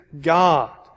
God